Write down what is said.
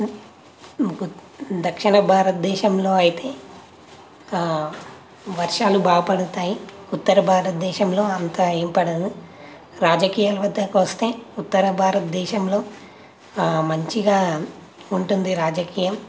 దక్షిణ భారతదేశంలో అయితే వర్షాలు బాగా పడుతాయి ఉత్తర భారతదేశంలో అంత ఏం పడదు రాజకీయాలకు వద్దకు వస్తే ఉత్తర భారతదేశంలో మంచిగా ఉంటుంది రాజకీయం